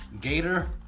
Gator